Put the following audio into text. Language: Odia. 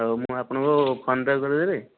ହେଉ ମୁଁ ଆପଣଙ୍କୁ ଫୋନ ପେ କରିଦେବି